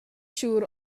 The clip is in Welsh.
siŵr